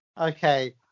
Okay